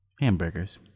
Hamburgers